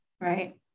Right